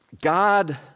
God